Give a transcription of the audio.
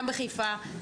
גם בחיפה,